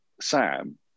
Sam